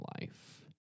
life